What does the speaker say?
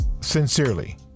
Sincerely